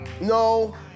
No